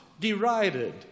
derided